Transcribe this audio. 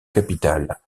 capitale